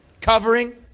Covering